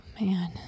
Man